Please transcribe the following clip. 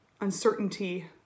uncertainty